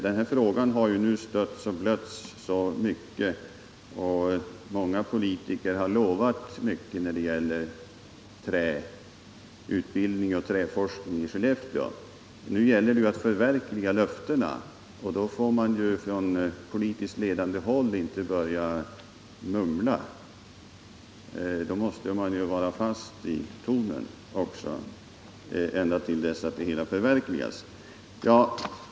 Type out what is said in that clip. Den här frågan har stötts och blötts mycket, och många politiker har lovat mycket när det gäller träutbildning och träforskning i Skellefteå. Nu gäller det att förverkliga löftena. Då får man från politiskt ledande håll inte börja mumla. Då måste man vara fast i tonen, ända tills det hela har förverkligats.